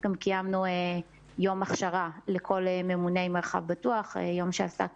גם קיימנו יום הכשרה לכל ממוני מרחב בטוח שעסק